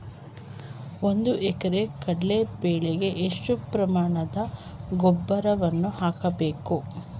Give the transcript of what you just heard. ಒಂದು ಎಕರೆ ಕಡಲೆ ಬೆಳೆಗೆ ಎಷ್ಟು ಪ್ರಮಾಣದ ಗೊಬ್ಬರವನ್ನು ಹಾಕಬೇಕು?